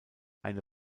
eine